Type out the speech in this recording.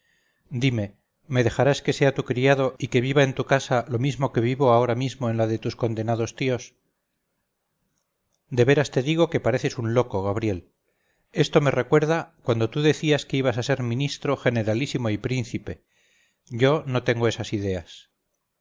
dime me dejarás que sea tu criado y que viva en tu casa lo mismo que vivo ahora mismo en la de tus condenados tíos de veras te digo que pareces un loco gabriel esto me recuerda cuando tú decías que ibas a ser ministro generalísimo y príncipe yo no tengo esas ideas